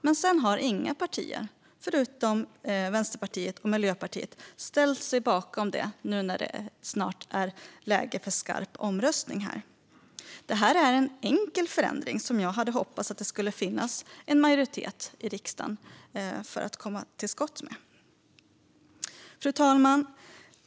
Men sedan har inga partier förutom Vänsterpartiet och Miljöpartiet ställt sig bakom detta nu när det snart är läge för skarp omröstning här. Detta är en enkel förändring som jag hade hoppats att det skulle finnas en majoritet i riksdagen för att komma till skott med. Fru talman!